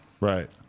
Right